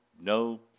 no